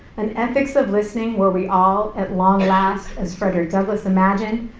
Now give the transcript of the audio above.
an ethics of listening where we all, at long last, as frederick douglass imagined,